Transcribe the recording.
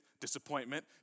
Disappointment